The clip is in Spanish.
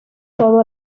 todo